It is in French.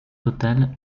total